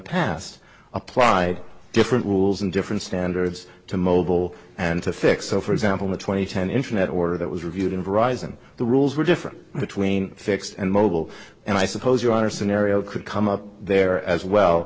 past applied different rules and different standards to mobile and to fix so for example the two thousand and ten internet order that was reviewed and arise and the rules were different between fixed and mobile and i suppose your honor scenario could come up there as well